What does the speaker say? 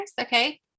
Okay